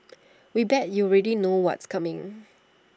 we bet you already know what's coming